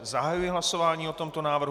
Zahajuji hlasování o tomto návrhu.